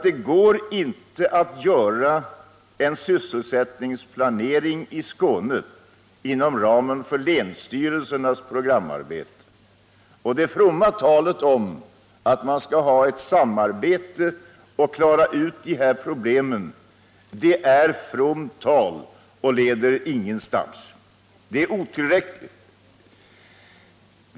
Det går nämligen inte att göra en sysselsättningsplanering i Skåne inom ramen för länsstyrelsernas programarbete. Och det fromma talet om att man skall ha ett samarbete och klara ut dessa problem förblir fromt tal och leder ingenstans. Det är otillräckligt.